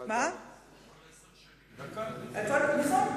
על כל עשר שנים דקה, זה יפה.